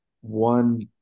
One